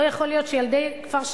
לא יכול להיות שילדי כפר-שלם,